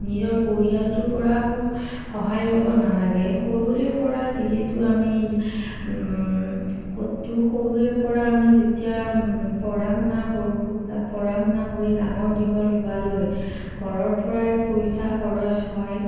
নিজৰ পৰিয়ালটোৰ পৰাও সহায় ল'ব নালাগে সৰুৰে পৰা যিহেতু আমি ক'তো সৰুৰে পৰা আমি যেতিয়া পঢ়া শুনা কৰোঁ পঢ়া শুনা কৰি ডাঙৰ দীঘল হোৱালৈ ঘৰৰ পৰাই পইচা খৰচ হয়